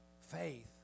Faith